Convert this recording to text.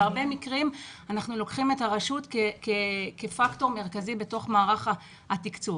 בהרבה מקרים אנחנו לוקחים את הרשות כפקטור מרכזי בתוך מערך התקצוב.